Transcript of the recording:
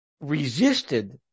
resisted